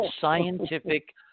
scientific